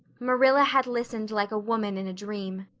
marilla had listened like a woman in a dream.